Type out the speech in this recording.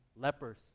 lepers